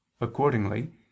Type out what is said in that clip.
Accordingly